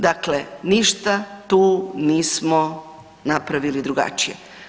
Dakle ništa tu nismo napravili drugačije.